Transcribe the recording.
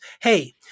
hey